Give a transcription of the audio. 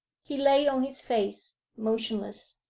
he lay on his face, motionless.